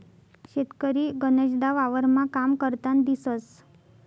शेतकरी गनचदा वावरमा काम करतान दिसंस